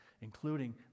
including